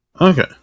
Okay